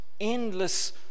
endless